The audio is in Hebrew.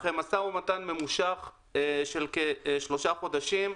אחרי משא ומתן ממושך של כשלושה חודשים,